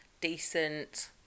decent